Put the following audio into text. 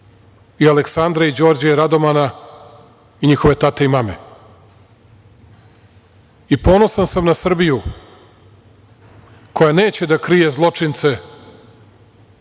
i Aleksandra, Đorđa i Radomana i njihove tate i mame, i ponosan sam na Srbiju, koja neće da krije zločince